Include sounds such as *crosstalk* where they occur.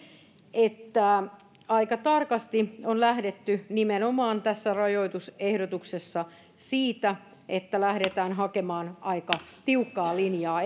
että aika tarkasti on lähdetty nimenomaan tässä rajoitusehdotuksessa siitä että lähdetään hakemaan aika tiukkaa linjaa *unintelligible*